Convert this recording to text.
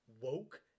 woke